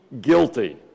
guilty